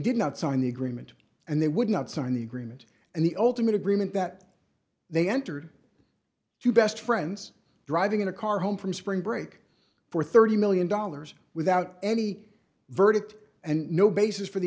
did not sign the agreement and they would not sign the agreement and the ultimate agreement that they entered two best friends driving a car home from spring break for thirty million dollars without any verdict and no basis for the